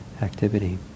activity